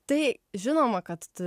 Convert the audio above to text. tai žinoma kad